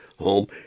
home